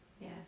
Yes